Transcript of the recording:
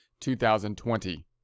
2020